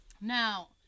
Now